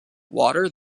water